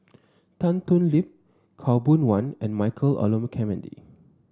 Tan Thoon Lip Khaw Boon Wan and Michael Olcomendy